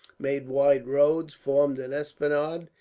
made wide roads, formed an esplanade,